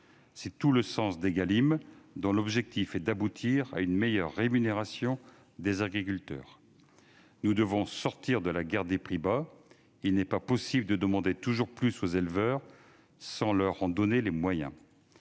C'est tout le sens de la loi Égalim, dont l'objectif est d'aboutir à une meilleure rémunération des agriculteurs. Nous devons sortir de la guerre des prix bas. Il n'est pas possible de demander toujours plus aux éleveurs sans leur en donner les moyens.